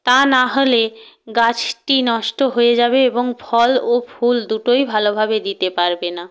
তা না হলে গাছটি নষ্ট হয়ে যাবে এবং ফল ও ফুল দুটোই ভালোভাবে দিতে পারবে না